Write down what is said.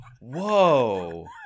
whoa